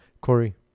Corey